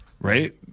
right